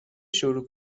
شروع